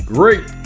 Great